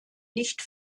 nicht